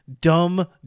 dumb